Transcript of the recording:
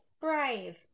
brave